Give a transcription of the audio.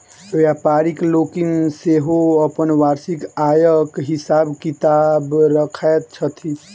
व्यापारि लोकनि सेहो अपन वार्षिक आयक हिसाब किताब रखैत छथि